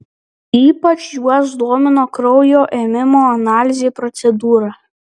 ypač juos domino kraujo ėmimo analizei procedūra